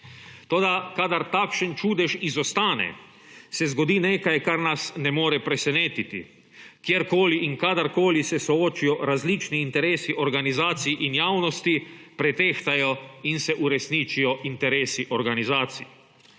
Toda, kadar takšen čudež izostane, se zgodi nekaj, kar nas ne more presenetiti; kjerkoli in kadarkoli se soočijo različni interesi organizacij in javnosti, pretehtajo in se uresničijo interesi organizacij.